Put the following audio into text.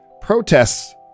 protests